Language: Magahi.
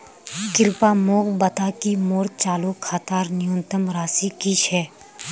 कृपया मोक बता कि मोर चालू खातार न्यूनतम राशि की छे